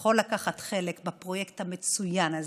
יכול לקחת חלק בפרויקט המצוין הזה.